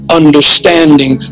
understanding